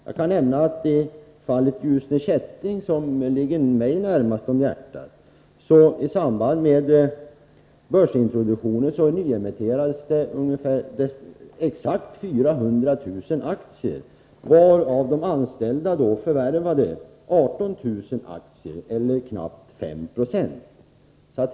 Jag kan nämna att i fallet Ljusne Kätting AB — som ligger mig närmast om hjärtat — nyemitterades i samband med börsintroduktionen exakt 400 000 aktier, varav de anställda förvärvade 18 000 aktier eller knappt 5 26.